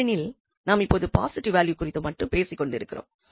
ஏனெனில் நாம் இப்பொழுது பாசிட்டிவ் வேல்யூ குறித்து மட்டும் பேசிக்கொண்டு இருக்கிறோம்